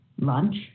lunch